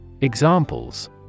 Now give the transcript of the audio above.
Examples